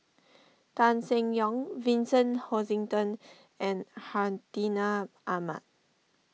Tan Seng Yong Vincent Hoisington and Hartinah Ahmad